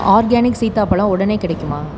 organic சீதாப்பழம் உடனே கிடைக்குமா